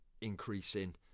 increasing